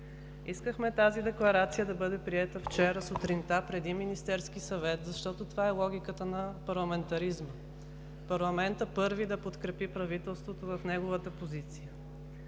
Искахме тази декларация да бъде приета вчера сутринта, преди Министерския съвет, защото това е логиката на парламентаризма – парламентът първи да подкрепи правителството в неговата позиция.